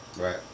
Right